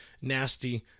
nasty